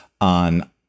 on